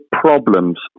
problems